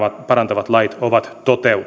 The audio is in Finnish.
parantavat lait ovat toteutuneet heitä on